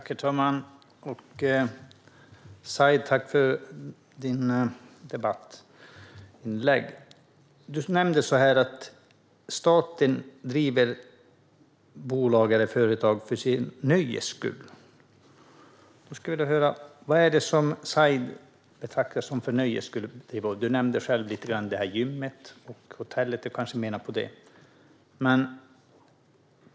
Herr talman! Tack, Said, för ditt debattinlägg! Du nämnde att staten driver bolag för sitt eget nöjes skull. Vad betraktar Said som "för sitt eget nöjes skull"? Du nämnde gym och hotell, så det var kanske det du menade.